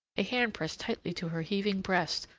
a hand pressed tightly to her heaving breast,